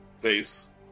face